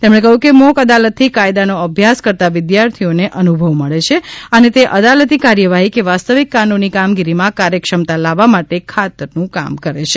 તેમણે કહ્યું કે મોક અદાલતથી કાયદાનો અભ્યાસ કરતાં વિદ્યાર્થીઓને અનુભવ મળે છે અને તે અદાલતી કાર્યવાહી કે વાસ્તવિક કાનૂની કામગીરીમાં કાર્યક્ષમતા લાવવા માટે ખાતરનું કામ કરે છે